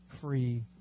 free